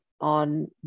on